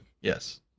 yes